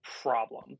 problem